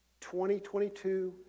2022